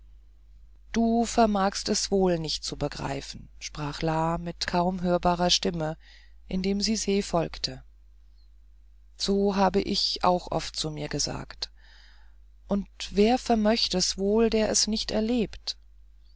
du vermagst es wohl nicht zu begreifen sprach la mit kaum hörbarer stimme indem sie se folgte so hab ich auch oft zu mir gesagt und wer vermöcht es wohl der es nicht erlebt